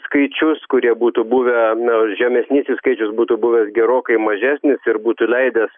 skaičius kurie būtų buvę na žemesnysis skaičius būtų buvęs gerokai mažesnis ir būtų leidęs